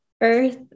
earth